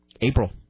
april